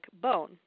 bone